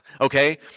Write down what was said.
okay